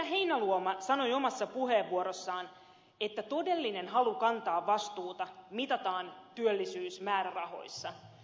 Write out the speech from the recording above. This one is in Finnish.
heinäluoma sanoi omassa puheenvuorossaan että todellinen halu kantaa vastuuta mitataan työllisyysmäärärahoissa